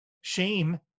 shame